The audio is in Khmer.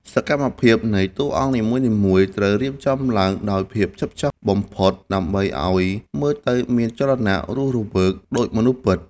សកម្មភាពនៃតួអង្គនីមួយៗត្រូវរៀបចំឡើងដោយភាពផ្ចិតផ្ចង់បំផុតដើម្បីឱ្យមើលទៅមានចលនារស់រវើក ដូចមនុស្សពិត។